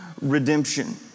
redemption